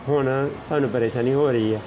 ਹੁਣ ਸਾਨੂੰ ਪਰੇਸ਼ਾਨੀ ਹੋ ਰਹੀ ਹੈ